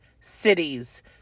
cities